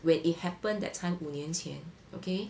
when it happened that time 五年前 okay